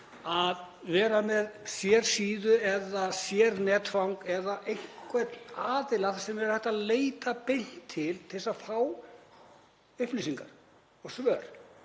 að vera með sérsíðu eða sérnetfang eða einhvern aðila sem er hægt að leita beint til til að fá upplýsingar og svör?